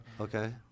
Okay